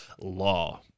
law